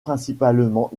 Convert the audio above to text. principalement